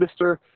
Mr